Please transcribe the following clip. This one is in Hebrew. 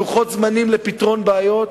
לוחות זמנים לפתרון בעיות,